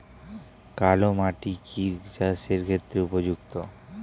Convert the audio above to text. কালো মাটি কি চাষের ক্ষেত্রে উপযুক্ত?